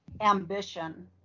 ambition